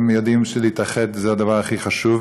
הם יודעים שלהתאחד זה הדבר הכי חשוב,